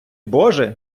боже